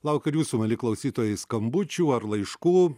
laukiu ir jūsų mieli klausytojai skambučių ar laiškų